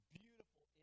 beautiful